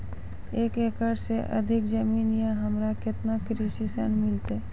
एक एकरऽ से अधिक जमीन या हमरा केतना कृषि ऋण मिलते?